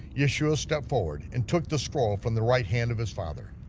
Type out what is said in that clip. yeshua stepped forward, and took the scroll from the right hand of his father.